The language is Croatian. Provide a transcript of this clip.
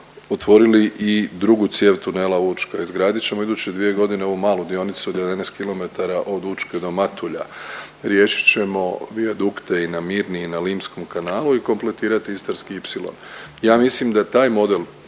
otvorili i drugu cijev Tunela Učka. Izgradit ćemo u iduće dvije godine ovu malu dionicu od 11 km od Učke do Matulja, riješit ćemo vijadukte i na Mirni i na Limskom kanalu i kompletirati Istarski ipsilon. Ja mislim da taj model